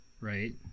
right